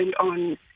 on